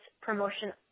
promotion